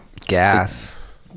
Gas